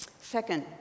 Second